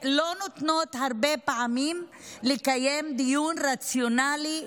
והרבה פעמים לא נותנים לקיים דיון רציונלי,